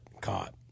caught